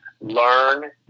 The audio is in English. learn